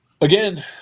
Again